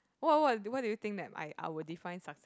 what what what what do you think that I I would define success